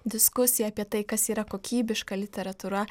diskusija apie tai kas yra kokybiška literatūra